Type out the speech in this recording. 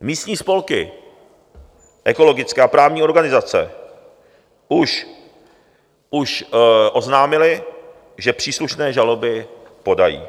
Místní spolky, ekologické a právní organizace už oznámily, že příslušné žaloby podají.